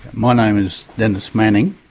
my name is dennis manning.